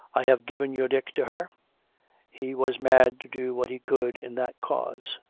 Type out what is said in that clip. i have given your dick to her he was mad to do what he could in that cause.